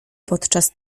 podczas